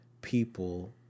people